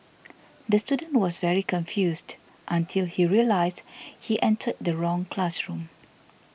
the student was very confused until he realised he entered the wrong classroom